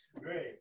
Great